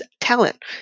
talent